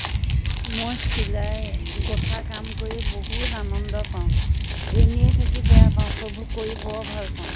মই চিলাই গোঁঠা কাম কৰি বহুত আনন্দ পাওঁ এনেই থাকি বেয়া পাওঁ সেইবোৰ কৰি বৰ ভালপাওঁ